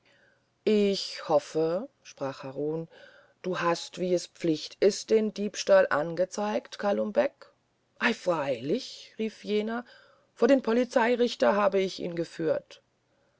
ich hoffe sprach harun du hast wie es pflicht ist den diebstahl angezeigt kalum beck ei freilich rief jener lächelnd vor den polizeirichter habe ich ihn geführt